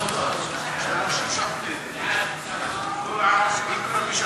ההצעה להעביר את הצעת חוק להבטחת דיור חלופי לתושבי גבעת-עמל,